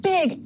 Big